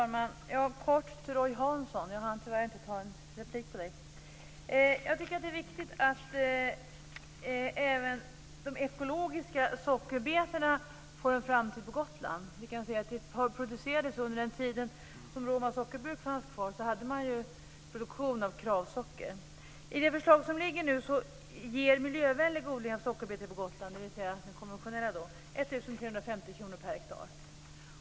Herr talman! Kort till Roy Hansson, jag hann tyvärr inte ta replik på honom. Jag tycker att det är viktigt att även de ekologiska sockerbetorna får en framtid på Gotland. Vi kan säga att de producerades under den tid som Roma sockerbruk fanns kvar. Då hade man produktion av Kravsocker. I det förslag som nu ligger ger en miljövänlig odling av sockerbetor på Gotland, dvs. den konventionella, 1 350 kr per hektar i stöd.